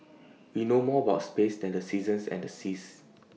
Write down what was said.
we know more about space than the seasons and the seas